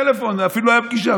בטלפון, אפילו לא הייתה פגישה.